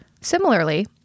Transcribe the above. Similarly